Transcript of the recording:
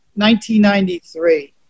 1993